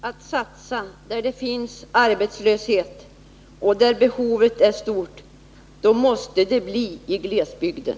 Herr talman! Om viljan finns att satsa där arbetslöshet råder och där behovet av arbetstillfällen är stort måste den satsningen göras i glesbygden.